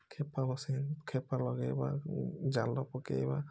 ଖେପା ବସେଇବା ଖେପା ଲଗେଇବା ଜାଲ ପକେଇବା